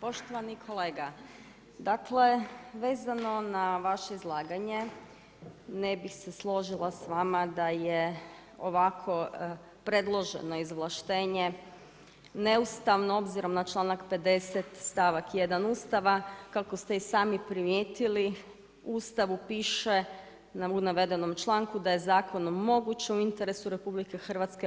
Poštovani kolega, dakle vezano na vaše izlaganje ne bih se složila s vama da je ovako predloženo izvlaštenje neustavno obzirom na članak 50. stavak 1. Ustava kako ste i sami primijetili, u Ustavu piše u navedenom članku da je zakonom moguće u interesu RH